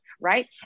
right